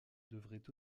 devrait